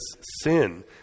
sin